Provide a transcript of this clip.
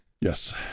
Yes